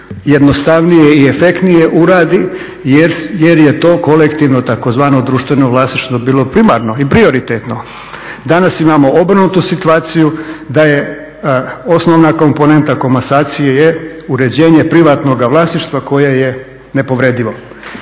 jednostavnije i efektnije uredi jer je to kolektivno tzv. društveno vlasništvo bilo primarno i prioritetno. Danas imamo obrnutu situaciju da je osnovna komponenta komasacije je uređene privatnoga vlasništva koje je nepovredivo.